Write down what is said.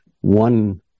one